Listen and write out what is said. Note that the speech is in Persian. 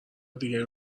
دیگه